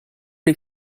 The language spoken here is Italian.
dei